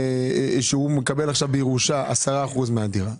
שהוא מקבל עכשיו בירושה 10% מהדירה,